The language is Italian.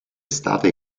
estate